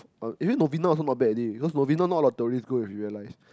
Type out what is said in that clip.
eh even Novena also not bad already because Novena now a lot of tourist go if you realize